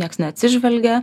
nieks neatsižvelgia